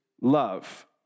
love